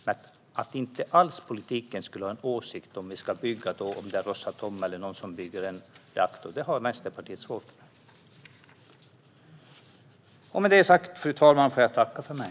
Men att politiken inte alls skulle ha någon åsikt om Rosatom eller någon annan som vill bygga en reaktor, det har Vänsterpartiet svårt med.